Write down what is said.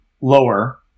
lower